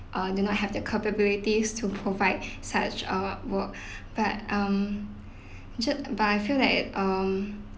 err do not have to capabilities to provide such err work but um ju~ but I feel that um